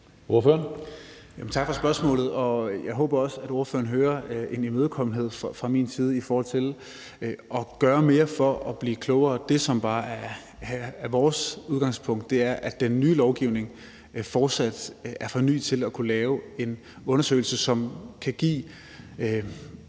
Tak for spørgsmålet, og jeg håber også, at ordføreren hører en imødekommenhed fra min side i forhold til at gøre mere for at blive klogere. Det, som bare er vores udgangspunkt, er, at den nye lovgivning fortsat er for ny, til at man kan lave en undersøgelse, som kan give